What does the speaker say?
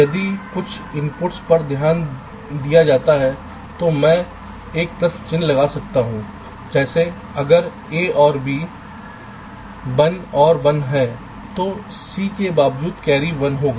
यदि कुछ इनपुट्स पर ध्यान नहीं दिया जाता है तो मैं एक प्रश्न चिह्न लगा सकता हूं जैसे अगर a और b 1 और 1 हैं तो c के बावजूद कैरी 1 होगा